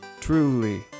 Truly